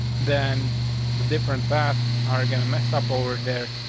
then the different paths are gonna mess up over there.